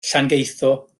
llangeitho